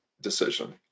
decision